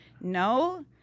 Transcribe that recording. no